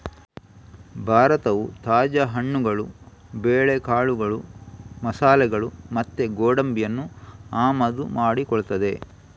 ಭಾರತವು ತಾಜಾ ಹಣ್ಣುಗಳು, ಬೇಳೆಕಾಳುಗಳು, ಮಸಾಲೆಗಳು ಮತ್ತೆ ಗೋಡಂಬಿಯನ್ನ ಆಮದು ಮಾಡಿಕೊಳ್ತದೆ